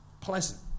pleasant